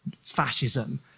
fascism